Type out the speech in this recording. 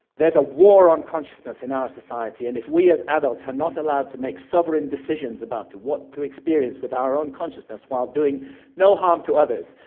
there's a war on consciousness in our society and if we as adults are not allowed to make sovereign decisions about what to experience with our own consciousness while doing no harm to others,